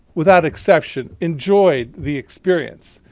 without exception, enjoyed the experience.